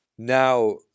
Now